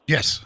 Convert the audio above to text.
Yes